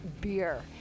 beer